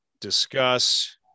discuss